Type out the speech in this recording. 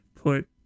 put